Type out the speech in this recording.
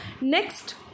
Next